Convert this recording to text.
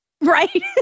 Right